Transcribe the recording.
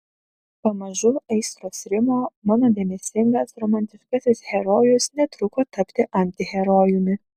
pamažu aistros rimo mano dėmesingas romantiškasis herojus netruko tapti antiherojumi